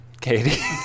Katie